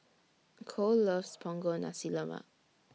Kole loves Punggol Nasi Lemak